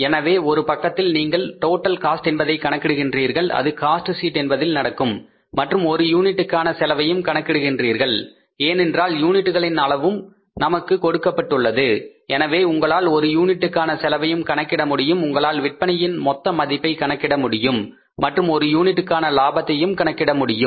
எனவே ஒரு பக்கத்தில் நீங்கள் டோடல் காஸ்ட் என்பதை கணக்கிடுகின்றீர்கள் அது காஸ்ட் ஷீட் என்பதில் நடக்கும் மற்றும் ஒரு யூனிட்டுக்கான செலவையும் கணக்கிடுகின்றீர்கள் ஏனென்றால் யூனிட்களின் அளவும் நமக்கு கொடுக்கப்பட்டுள்ளது எனவே உங்களால் ஒரு யூனிட்டுக்கான செலவையும் கணக்கிட முடியும் உங்களால் விற்பனையின் மொத்த மதிப்பை கணக்கிட முடியும் மற்றும் ஒரு யூனிட்டுக்கான லாபத்தையும் கணக்கிட முடியும்